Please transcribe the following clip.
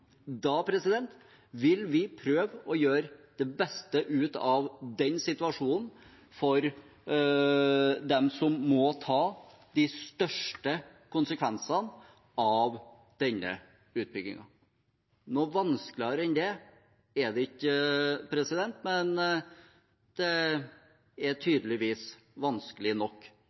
vil vi prøve å gjøre det beste ut av den situasjonen for dem som må ta de største konsekvensene av denne utbyggingen. Noe vanskeligere enn det er det ikke, men det er tydeligvis vanskelig nok